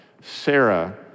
Sarah